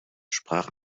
sprach